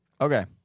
Okay